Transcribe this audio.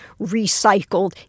recycled